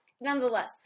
Nonetheless